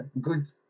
good